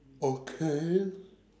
okay